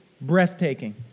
breathtaking